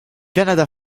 canada